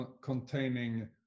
containing